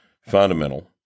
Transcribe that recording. fundamental